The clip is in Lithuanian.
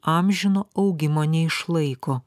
amžino augimo neišlaiko